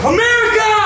America